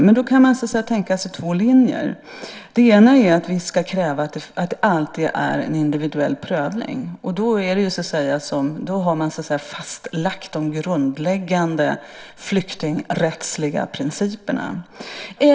Man kan tänka sig två linjer. Den ena är att vi ska kräva att det alltid är en individuell prövning. Då har man fastlagt de grundläggande flyktingrättsliga principerna.